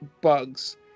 bugs